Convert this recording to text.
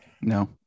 No